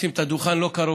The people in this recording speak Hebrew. לשים את הדוכן לא קרוב